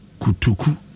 Kutuku